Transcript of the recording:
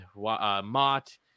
Mott